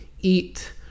eat